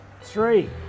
Three